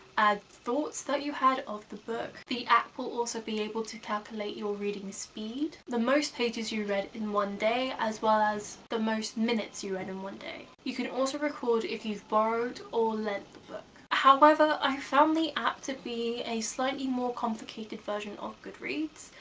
add thoughts that you had of the book. the app will also be able to calculate your reading speed. the most pages you read in one day, as well as the most minutes you read in one day. you can also record if you've borrowed or lent the book. however i found the app to be a slightly more complicated version of goodreads.